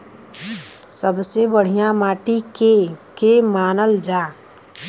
सबसे बढ़िया माटी के के मानल जा?